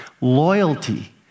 loyalty